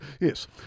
yes